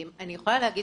אני יכולה להגיד